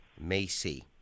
Macy